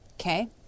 Okay